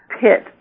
pit